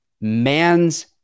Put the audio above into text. man's